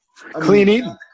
Cleaning